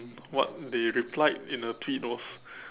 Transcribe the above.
what they replied in a plead was